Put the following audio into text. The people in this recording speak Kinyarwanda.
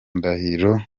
ndahiro